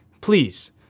Please